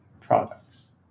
products